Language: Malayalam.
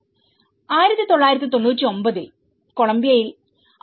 1999 ൽ കൊളംബിയയിൽ 6